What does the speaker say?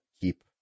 keep